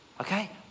okay